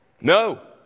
No